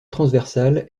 transversale